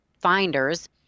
finders